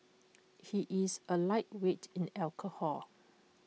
he is A lightweight in alcohol